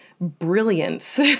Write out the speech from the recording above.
brilliance